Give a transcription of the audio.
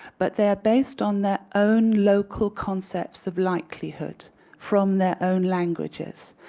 but they are based on their own local concept of likely hood from their own languages.